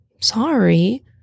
Sorry